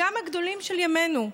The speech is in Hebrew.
גם הגדולים של ימינו,